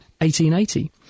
1880